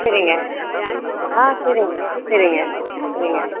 சரிங்க ஆ சரிங்க சரிங்க சரிங்க